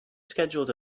schedule